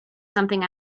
something